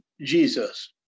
Jesus